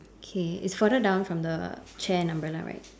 okay it's further down from the chair and umbrella right